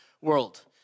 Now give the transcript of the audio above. world